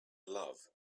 love